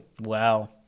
Wow